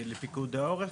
לפיקוד העורף,